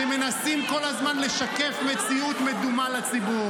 שמנסים כל הזמן לשקף מציאות מדומה לציבור